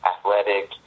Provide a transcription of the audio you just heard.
Athletic